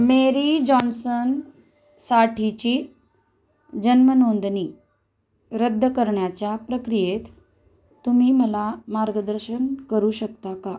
मेरी जॉन्सनसाठीची जन्मनोंदणी रद्द करण्याच्या प्रक्रियेत तुम्ही मला मार्गदर्शन करू शकता का